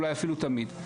אולי אפילו תמיד,